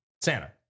Santa